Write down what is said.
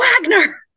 Wagner